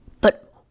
But